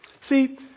See